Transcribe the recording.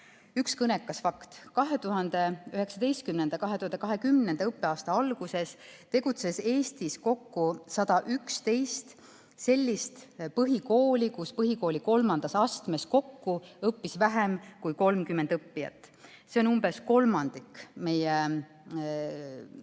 Üks kõnekas fakt: 2019/2020. õppeaasta alguses tegutses Eestis kokku 111 sellist põhikooli, kus põhikooli kolmandas astmes kokku õppis vähem kui 30 õppijat. See on umbes kolmandik meie